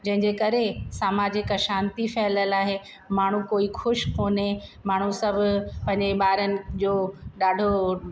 जंहिंजे करे सामाजिक शांति फ़हलियल आहे माण्हू कोई ख़ुशि कोने माण्हू सभु पंहिंजे ॿारनि जो ॾाढो